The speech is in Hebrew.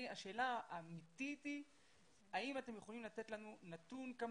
השאלה האמיתית היא האם אתם יכולים לתת לנו נתון שמראה